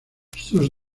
sus